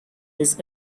his